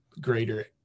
greater